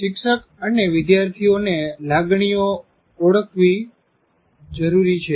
શિક્ષક અને વિદ્યાર્થીઓ ને લાગણીઓ ઓળખવી જરૂરી છે